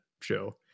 show